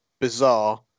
bizarre